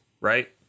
right